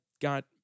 got